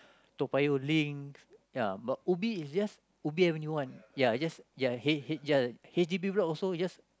Toa-Payoh link ya but Ubi is just Ubi-Avenue-One ya is just ya H H yeah H_D_B block also is just